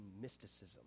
mysticism